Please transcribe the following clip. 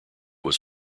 was